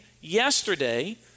yesterday